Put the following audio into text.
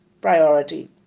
priority